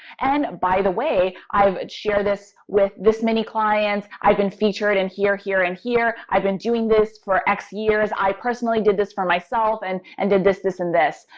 and by the way, i've shared this with this many clients. i've been featured in and here, here, and here. i've been doing this for x years. i personally did this for myself. and and did this, this, and this.